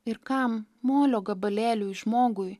ir kam molio gabalėliui žmogui